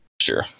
Sure